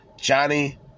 Johnny